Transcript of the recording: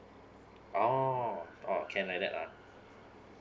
oh oh can like that ah